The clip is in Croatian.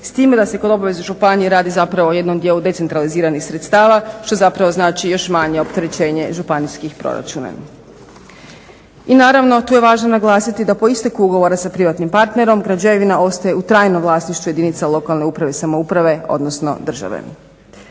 S time da se kod obaveze županije radi zapravo o jednom dijelu decentraliziranih sredstava što zapravo znači još manje opterećenje županijskih proračuna. I naravno tu je važno naglasiti da po isteku ugovora sa privatnim partnerom građevina ostaje u trajno vlasništvo jedinica lokalne uprave i samouprave, odnosno države.